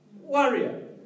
warrior